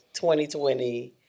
2020